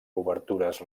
obertures